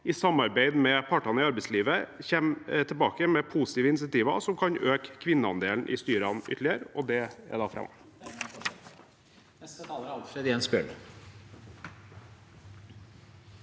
i samarbeid med partene i arbeidslivet kommer tilbake med positive insentiver som kan øke kvinneandelen i styrene ytterligere,